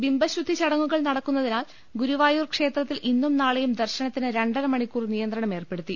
ബിംബശുദ്ധി ചടങ്ങുകൾ നടക്കുന്നതിനാൽ ഗുരുവായൂർ ക്ഷേത്രത്തിൽ ഇന്നും നാളെയും ദർശനത്തിന് രണ്ടരമണിക്കൂർ നിയന്ത്രണമേർപ്പെടുത്തി